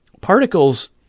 particles